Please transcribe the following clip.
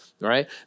Right